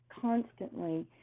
constantly